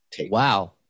Wow